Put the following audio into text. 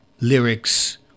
lyrics